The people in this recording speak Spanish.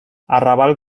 arrabal